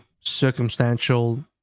circumstantial